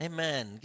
Amen